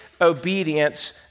obedience